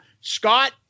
Scott